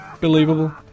believable